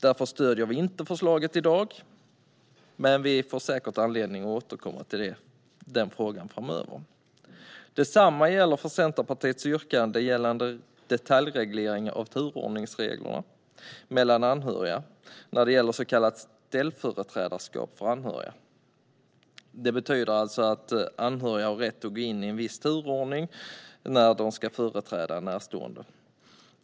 Därför stöder vi inte förslaget i dag, men vi får säkert anledning att återkomma till den frågan framöver. Detsamma gäller för Centerpartiets yrkande gällande detaljreglering av turordningsreglerna mellan anhöriga när det gäller så kallat ställföreträdarskap för anhöriga. Det betyder att anhöriga har rätt att gå in i en viss turordning när de ska företräda närstående.